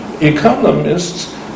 economists